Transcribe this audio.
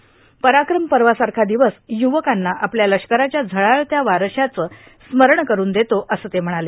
पराक्रम पवासारखा ादवस युवकांना आपल्या लष्कराच्या झळाळत्या वारश्याचे स्मरण करून देतो असे ते म्हणाले